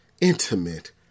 intimate